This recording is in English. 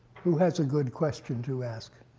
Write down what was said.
who has a good question to ask?